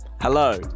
hello